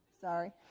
Sorry